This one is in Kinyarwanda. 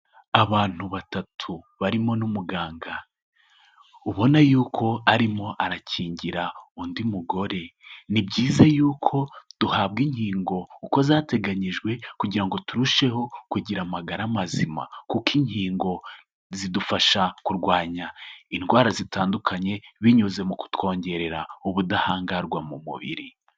Abantu batatu barimo n'umuganga ubona yuko arimo arakingira undi mugore. Ni byiza yuko duhabwa inkingo uko zateganyijwe kugira ngo turusheho kugira amagara mazima, kuko inkingo zidufasha kurwanya indwara zitandukanye binyuze mu kutwongerera ubudahangarwa mu mubiri.